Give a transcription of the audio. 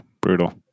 brutal